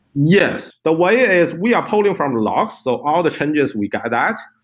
yes. the way is we are pulling from the logs, so all the changes we got that,